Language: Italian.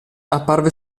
apparve